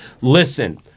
listen